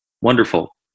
Wonderful